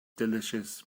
delicious